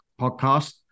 podcast